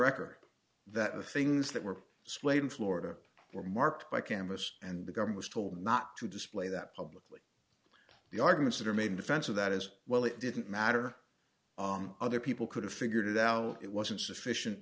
record that the things that were splayed in florida were marked by canvas and the government's told not to display that publicly the arguments that are made defense of that is well it didn't matter other people could have figured out it wasn't sufficient